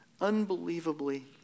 unbelievably